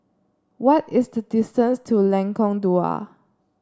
what is the distance to Lengkong Dua